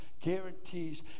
guarantees